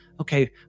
Okay